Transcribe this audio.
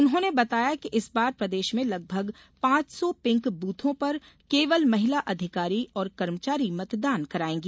उन्होंने बताया कि इस बार प्रदेश में लगभग पांच सौ पिंक बूथों पर केवल महिला अधिकारी और कर्मचारी मतदान करायेंगी